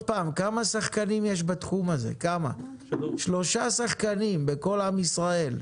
יש שלושה שחקנים בתחום הזה בכל ישראל,